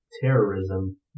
terrorism